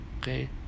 Okay